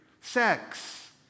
sex